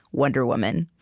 wonder woman.